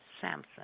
Samson